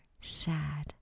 sad